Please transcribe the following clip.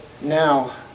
now